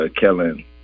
Kellen